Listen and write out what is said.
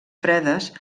fredes